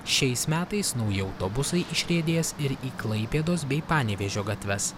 šiais metais nauji autobusai išriedės ir į klaipėdos bei panevėžio gatves